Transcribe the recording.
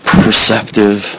perceptive